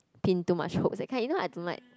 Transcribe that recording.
pin too much hope that kind you know I don't like